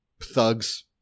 thugs